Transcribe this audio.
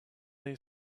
they